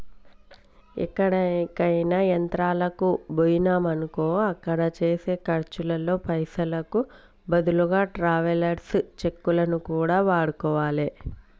ఎక్కడికైనా యాత్రలకు బొయ్యినమనుకో అక్కడ చేసే ఖర్చుల్లో పైసలకు బదులుగా ట్రావెలర్స్ చెక్కులను కూడా వాడుకోవాలే